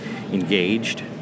engaged